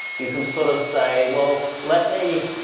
you can sort of say, well, let me